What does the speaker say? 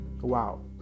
Wow